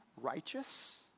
righteous